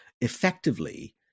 Effectively